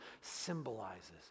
symbolizes